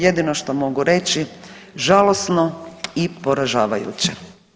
Jedino što mogu reći, žalosno i poražavajuće.